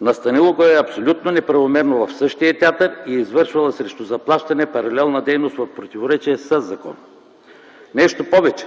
настанила го е абсолютно неправомерно в същия театър и е извършвала срещу заплащане паралелна дейност в противоречие със закона. Нещо повече,